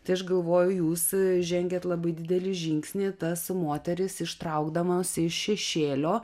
tai aš galvoju jūs žengėt labai didelį žingsnį tas moteris ištraukdamos iš šešėlio